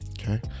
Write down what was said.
okay